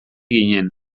ginen